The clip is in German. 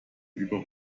über